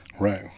right